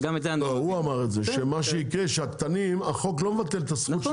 אז גם את זה --- לא הוא אמר שמה שיקרה שהחוק לא מבטל את הזכות של